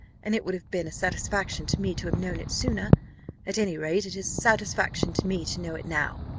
and it would have been a satisfaction to me to have known it sooner at any rate, it is a satisfaction to me to know it now.